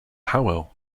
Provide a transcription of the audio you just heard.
howell